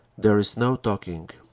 there is no talking.